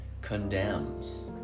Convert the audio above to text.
condemns